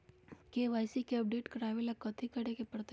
KYC के update करवावेला कथि करें के परतई?